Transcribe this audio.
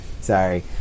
Sorry